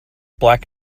black